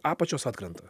apačios atkrenta